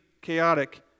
chaotic